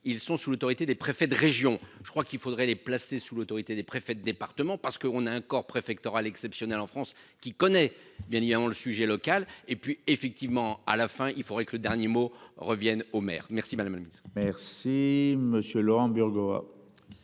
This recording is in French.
ils sont sous l'autorité des préfets de région, je crois qu'il faudrait les placer sous l'autorité des préfets de département, parce qu'on a un corps préfectoral exceptionnelle en France, qui connaît bien, il y a un an le sujet local et puis effectivement à la fin, il faudrait que le dernier mot reviennent au maire. Merci madame maladie. Merci monsieur Laurent Bureau.